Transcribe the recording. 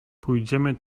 pójdziemy